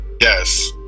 Yes